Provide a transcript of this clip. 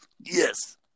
Yes